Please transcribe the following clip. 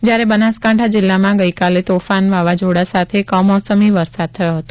જ્યારે બનાસકાંઠા જિલ્લામાં ગઈકાલે તોફાન વાવાઝોડા સાથે કમોસમી વરસાદ થયો હતો